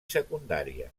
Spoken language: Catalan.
secundària